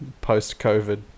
post-COVID